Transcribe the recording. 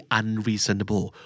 unreasonable